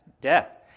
death